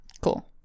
Cool